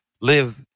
live